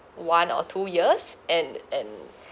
one or two years and and